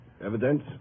Evidence